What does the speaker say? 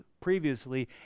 previously